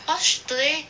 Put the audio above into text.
orh~ today